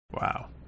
Wow